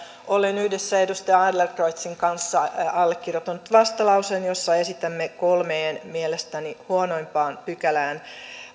olen yhdessä edustaja adlercreutzin kanssa allekirjoittanut vastalauseen jossa esitämme kolmeen mielestäni huonoimpaan pykälään